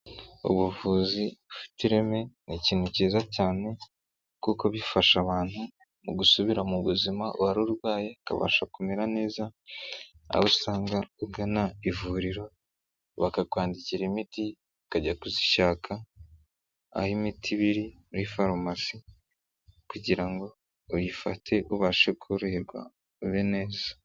Ubuvuzi bufite ireme ni ikintu kiza cyane kuko bifasha abantu gusubira mu buzima uwari urwaye ukabasha kumera neza, aho usanga ugana ivuriro bakakwandikira imiti ukajya kuzishaka aho imiti iba iri muri farumasi, kugira ngo uyifate ubashe koroherwa ube neza.